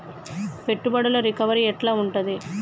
పెట్టుబడుల రికవరీ ఎట్ల ఉంటది?